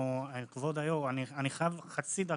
כבוד היו"ר, אני חייב חצי דקה.